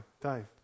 Dave